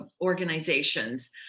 organizations